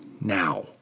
now